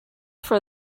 for